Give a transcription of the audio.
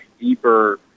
deeper